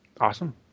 awesome